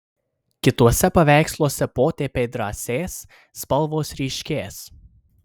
kituose paveiksluose potėpiai drąsės spalvos ryškės